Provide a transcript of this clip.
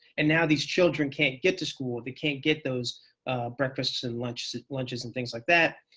and now these children can't get to school. they can't get those breakfasts and lunches lunches and things like that.